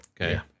okay